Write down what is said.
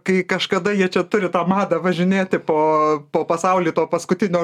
kai kažkada jie čia turi tą madą važinėti po po pasaulį to paskutinio